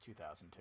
2002